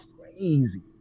crazy